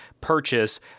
purchase